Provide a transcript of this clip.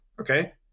Okay